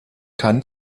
keinen